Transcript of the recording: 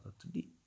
today